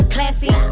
Classy